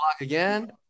again